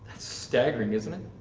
staggering, isn't it?